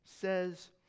says